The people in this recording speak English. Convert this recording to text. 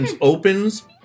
opens